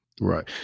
Right